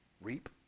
reap